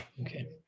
okay